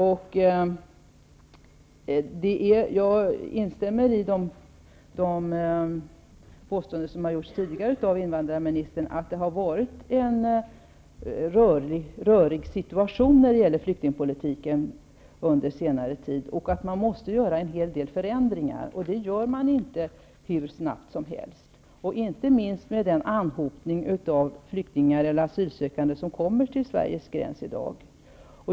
Jag instämmer i det påstående som gjorts tidigare av invandrarministern, att det har varit en rörig situation inom flyktingpolitiken under senare tid och att man måste göra en hel del förändringar. Det gör man inte hur snabbt som helst, speciellt inte med den anhopning av flyktingar eller asylsökande som nu sker vid Sveriges gräns.